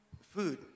food